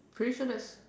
pretty sure that's